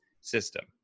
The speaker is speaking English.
system